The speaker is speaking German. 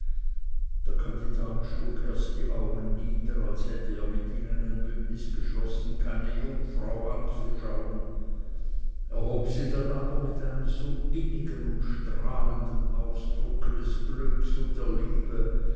der kandidat schlug erst die augen nieder als hätte er mit ihnen ein bündnis geschlossen keine jungfrau anzuschauen erhob sie dann aber mit einem so innigen und strahlenden ausdrucke des glückes und der liebe